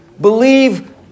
Believe